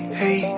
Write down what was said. hey